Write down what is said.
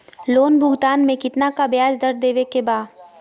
Loan भुगतान में कितना का ब्याज दर देवें के बा?